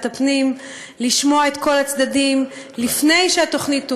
הפנים ולשמוע את כל הצדדים לפני שהתוכנית תאושר,